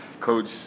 coach